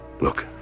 Look